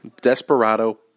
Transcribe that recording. Desperado